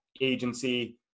agency